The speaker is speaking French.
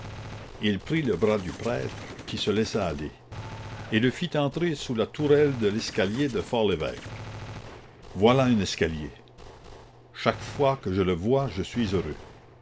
il prit le bras du prêtre qui se laissait aller et le fit entrer sous la tourelle de l'escalier du for lévêque voilà un escalier chaque fois que je le vois je suis heureux